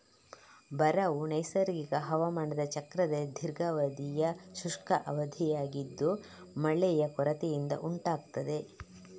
ಬರವು ನೈಸರ್ಗಿಕ ಹವಾಮಾನ ಚಕ್ರದಲ್ಲಿ ದೀರ್ಘಾವಧಿಯ ಶುಷ್ಕ ಅವಧಿಯಾಗಿದ್ದು ಮಳೆಯ ಕೊರತೆಯಿಂದ ಉಂಟಾಗ್ತದೆ